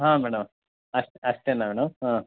ಹಾಂ ಮೇಡಮ್ ಅಷ್ಟು ಅಷ್ಟೆನ ಮೇಡಮ್ ಹಾಂ